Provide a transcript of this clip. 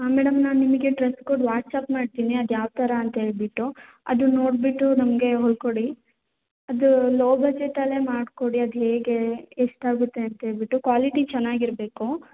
madam ನಾನು ನಿಮಗೆ dress code WhatsApp ಮಾಡ್ತೀನಿ ಅದು ಯಾವ ಥರ ಅಂತ ಹೇಳಿಬಿಟ್ಟು ಅದನ್ನ ನೋಡಿಬಿಟ್ಟು ನಮಗೆ ಹೊಲ್ಕೊಡಿ ಅದು ಲೋ ಬಜೆಟಲ್ಲೇ ಮಾಡಿಕೊಡಿ ಅದು ಹೇಗೆ ಎಷ್ಟಾಗುತ್ತೆ ಅಂತ ಹೇಳಿಬಿಟ್ಟು ಕ್ವಾಲಿಟಿ ಚೆನ್ನಾಗಿರ್ಬೇಕು